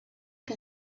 que